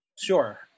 Sure